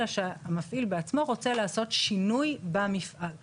אלא שהמפעיל בעצמו רוצה לעשות שינוי במפעל.